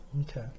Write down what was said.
Okay